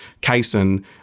casein